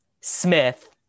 Smith